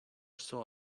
saw